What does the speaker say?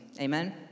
Amen